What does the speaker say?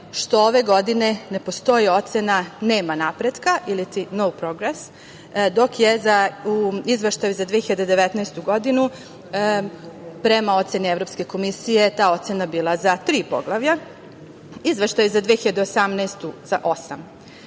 što ove godine ne postoji ocena, nema napretka ili ti „no progres“ dok je u Izveštaju za 2019. godinu prema oceni Evropske komisije ta ocena bila za tri poglavlja. Izveštaj za 2018. godinu